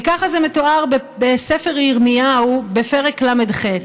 וככה זה מתואר בספר ירמיהו, בפרק ל"ח: